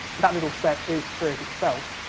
that little spec is spirit itself.